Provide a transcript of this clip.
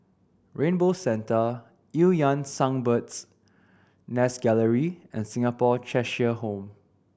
Rainbow Centre Eu Yan Sang Bird's Nest Gallery and Singapore Cheshire Home